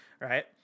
Right